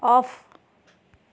off